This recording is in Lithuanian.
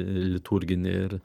liturginė ir